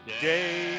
Day